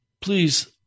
Please